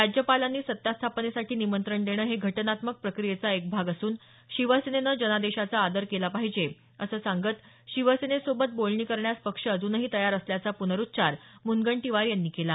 राज्यापालांनी सत्ता स्थापनेसाठी निमंत्रण देणं हे घटनात्मक प्रक्रियेचा एक भाग असून शिवसेनेनं जनादेशाचा आदर केला पाहिजे असं सांगत शिवसेनेसोबत बोलणी करण्यास पक्ष अजूनही तयार असल्याचा पुनरुच्चार मुनगंटीवार यांनी केला